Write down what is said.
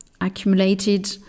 accumulated